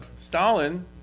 Stalin